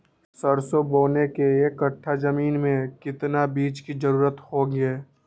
सरसो बोने के एक कट्ठा जमीन में कितने बीज की जरूरत होंगी?